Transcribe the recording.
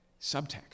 Subtext